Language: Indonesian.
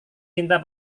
cinta